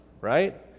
right